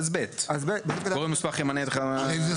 אז (ב): "גורם מוסמך ימנה את אחד" --- הרי זה